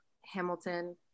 Hamilton